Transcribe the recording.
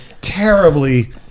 terribly